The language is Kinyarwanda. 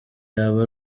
yaba